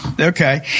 Okay